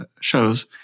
shows